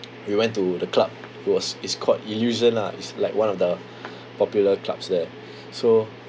we went to the club it was it's called illusion lah it's like one of the popular clubs there so